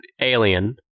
alien